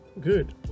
good